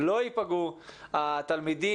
לא ייפגעו התלמידים,